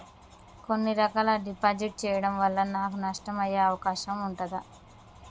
కొన్ని రకాల డిపాజిట్ చెయ్యడం వల్ల నాకు నష్టం అయ్యే అవకాశం ఉంటదా?